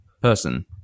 person